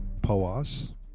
Poas